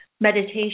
meditation